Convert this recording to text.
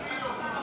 תגיד את האמת,